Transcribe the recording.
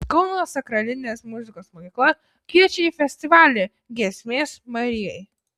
kauno sakralinės muzikos mokykla kviečia į festivalį giesmės marijai